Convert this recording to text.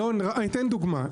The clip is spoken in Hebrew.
אלון, אני אתן דוגמה.